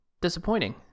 disappointing